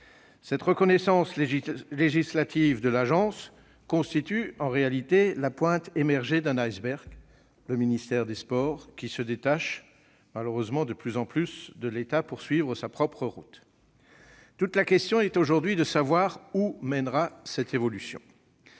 Cette reconnaissance législative constitue, en réalité, la pointe émergée d'un iceberg- le ministère des sports qui se détache malheureusement de plus en plus de l'État pour suivre sa propre route ... Toute la question est aujourd'hui de savoir où mènera cette évolution.